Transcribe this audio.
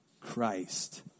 Christ